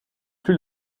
plus